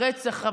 רצח,